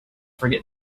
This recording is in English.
forget